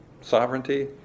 sovereignty